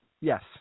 Yes